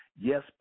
Yes